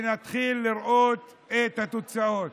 ונתחיל לראות את התוצאות.